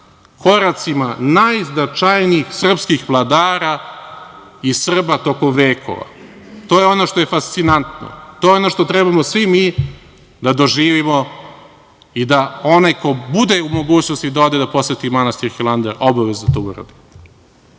koracima najznačajnijih srpskih vladara i Srba tokom vekova. To je ono što je fascinantno. To je ono što trebamo svi mi da doživimo i da onaj ko bude u mogućnosti, da ode da poseti manastir Hilandar, obavezno to da